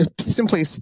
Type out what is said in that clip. simply